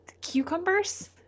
Cucumbers